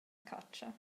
catscha